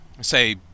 say